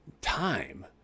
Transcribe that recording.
time